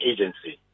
Agency